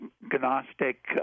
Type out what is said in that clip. Gnostic